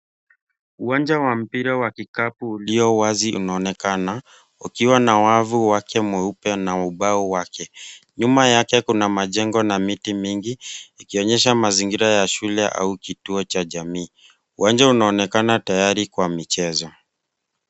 Uwanja wa mpira wa kikapu ulio wazi unaonekana ukiwa na wavu wake mweupe na ubao wake. Nyuma yake kuna majengo na miti mingi, ikionyesha mazingira ya shule au kituo cha jamii. Uwanja unaonekana tayari kwa michezo.